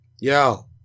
Yo